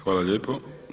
Hvala lijepo.